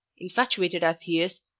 infatuated as he is,